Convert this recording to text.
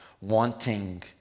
wanting